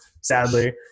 sadly